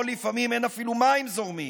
שבו לפעמים אין אפילו מים זורמים.